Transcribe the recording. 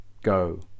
Go